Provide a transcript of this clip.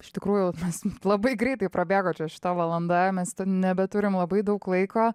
iš tikrųjų mes labai greitai prabėgo čia šita valanda mes nebeturim labai daug laiko